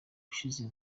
ushize